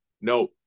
No